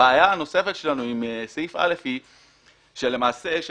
הבעיה הנוספת שלנו עם סעיף (א) היא שלמעשה יש